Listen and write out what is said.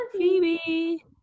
Phoebe